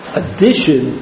addition